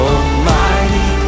Almighty